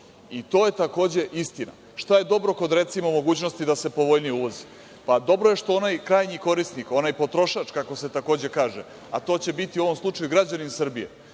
i to je takođe istina. Šta je dobro kod, recimo, mogućnosti da se povoljnije uvozi? Dobro je što onaj krajnji korisnik, onaj potrošač, kako se takođe kaže, a to će biti u ovom slučaju građani Srbije,